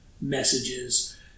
messages